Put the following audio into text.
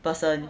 person